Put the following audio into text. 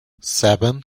seven